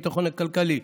הביטחון הכלכלי,